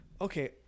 okay